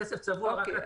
הכסף צבוע רק לתחנות.